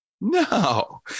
No